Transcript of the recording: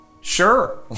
Sure